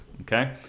Okay